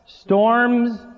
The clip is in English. storms